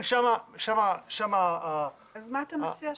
אז מה אתה מציע?